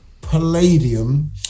Palladium